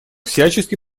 всячески